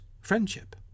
friendship